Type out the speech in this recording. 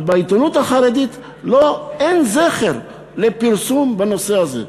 אבל בעיתונות החרדית אין זכר לפרסום בנושא הזה.